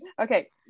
okay